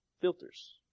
filters